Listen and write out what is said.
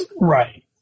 Right